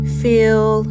feel